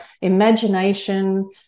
imagination